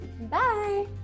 bye